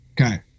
Okay